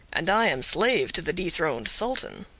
and i am slave to the dethroned sultan.